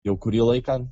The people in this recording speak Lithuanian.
jau kurį laiką